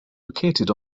located